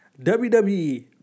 WWE